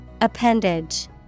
Appendage